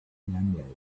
emerald